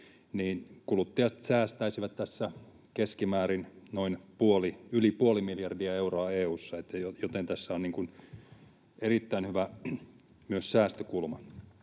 niin kuluttajat säästäisivät tässä yli puoli miljardia euroa EU:ssa, joten tässä on myös erittäin hyvä säästökulma.